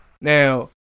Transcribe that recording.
Now